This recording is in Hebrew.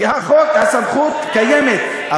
כי החוק, הסמכות קיימת.